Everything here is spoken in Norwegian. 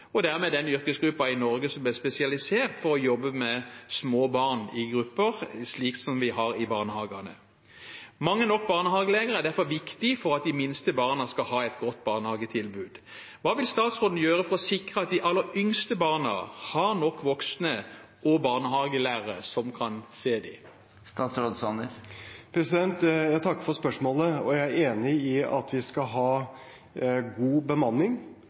og er dermed den yrkesgruppen i Norge som er spesialisert for å jobbe med små barn i grupper, slik vi har det i barnehagene. Mange nok barnehagelærere er derfor viktig for at de minste barna skal ha et godt barnehagetilbud. Hva vil statsråden gjøre for å sikre at de aller yngste barna har nok voksne og barnehagelærere, som kan se dem? Jeg takker for spørsmålet, og jeg er enig i at vi skal ha god bemanning,